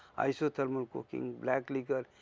isothermal cooking, black liquor,